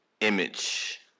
image